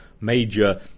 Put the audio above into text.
major